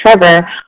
trevor